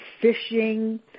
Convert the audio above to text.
fishing